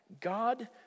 God